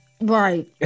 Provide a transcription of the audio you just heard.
right